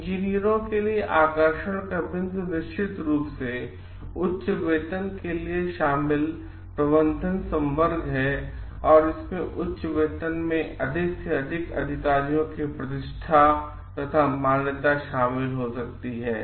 इंजीनियरों के लिए आकर्षण का बिंदु निश्चित रूप से उच्च वेतन के लिए शामिल प्रबंधन संवर्ग है और इसमें उच्च वेतन में अधिक से अधिक अधिकारियों की प्रतिष्ठा तथा मान्यता शामिल हो सकती है